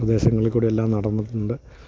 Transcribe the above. പ്രദേശങ്ങളിൽ കൂടെ എല്ലാം നടന്നിട്ടുണ്ട്